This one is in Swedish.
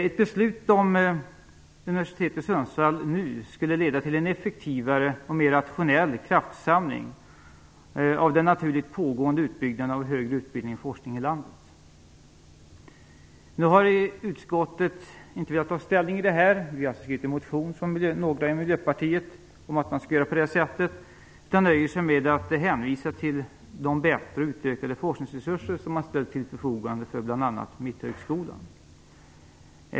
Ett beslut om ett universitet i Sundsvall nu skulle leda till en effektivare och mer rationell kraftsamling av den naturligt pågående utbyggnaden av högre utbildning och forskning i landet. Några i Miljöpartiet har skrivit en motion om detta. Utskottet har inte velat ta ställning. Man nöjer sig med att hänvisa till de utökade forskningsresurser som man ställt till förfogande för bl.a. Mitthögskolan.